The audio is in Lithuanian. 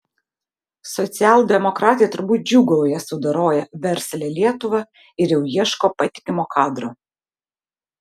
socialdemokratai turbūt džiūgauja sudoroję verslią lietuvą ir jau ieško patikimo kadro